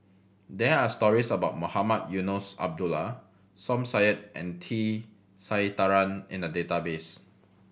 there are stories about Mohamed Eunos Abdullah Som Said and T Sasitharan in the database